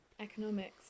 economics